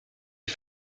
est